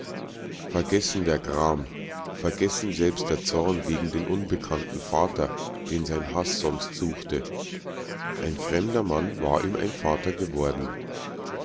vergessen der gram vergessen selbst der zorn gegen den unbekannten vater den sein haß sonst suchte ein fremder mann war ihm ein vater geworden